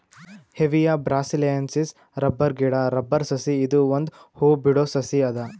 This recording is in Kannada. ಹೆವಿಯಾ ಬ್ರಾಸಿಲಿಯೆನ್ಸಿಸ್ ರಬ್ಬರ್ ಗಿಡಾ ರಬ್ಬರ್ ಸಸಿ ಇದು ಒಂದ್ ಹೂ ಬಿಡೋ ಸಸಿ ಅದ